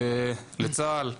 לצה"ל,